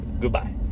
Goodbye